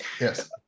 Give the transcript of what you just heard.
yes